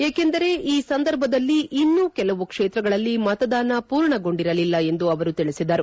ಏಕೆಂದರೆ ಈ ಸಂದರ್ಭದಲ್ಲಿ ಇನ್ನೂ ಕೆಲವು ಕ್ಷೇತ್ರಗಳಲ್ಲಿ ಮತದಾನ ಪೂರ್ಣಗೊಂಡಿರಲಿಲ್ಲ ಎಂದು ಅವರು ತಿಳಿಸಿದರು